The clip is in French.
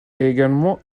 également